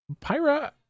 pyra